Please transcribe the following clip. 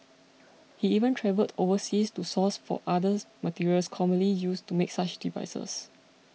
he even travelled overseas to source for other materials commonly used to make such devices